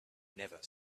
never